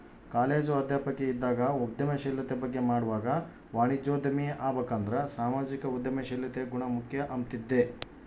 college ಅಧ್ಯಾಪಕಿ ಇದ್ದಾಗ ಉದ್ಯಮಶೀಲತೆ ಬಗ್ಗೆ ಮಾಡ್ವಾಗ ವಾಣಿಜ್ಯೋದ್ಯಮಿ ಆಬಕಂದ್ರ ಸಾಮಾಜಿಕ ಉದ್ಯಮಶೀಲತೆ ಗುಣ ಮುಖ್ಯ ಅಂಬ್ತಿದ್ದೆ